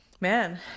man